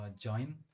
join